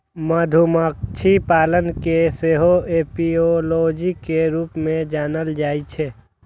मधुमाछी पालन कें सेहो एपियोलॉजी के रूप मे जानल जाइ छै